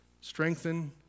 strengthen